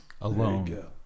alone